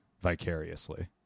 vicariously